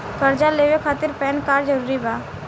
कर्जा लेवे खातिर पैन कार्ड जरूरी बा?